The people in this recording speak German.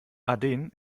aden